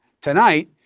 Tonight